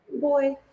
boy